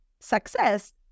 success